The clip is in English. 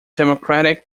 democratic